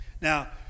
Now